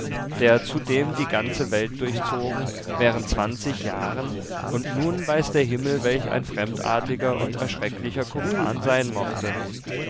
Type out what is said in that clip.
der zudem die ganze welt durchzogen während zwanzig jahren und nun weiß der himmel welch ein fremdartiger und erschrecklicher kumpan sein mochte